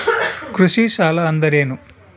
ಕೃಷಿ ಸಾಲ ಅಂದರೇನು?